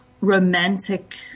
romantic